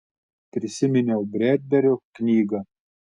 prisiminiau bredberio knygą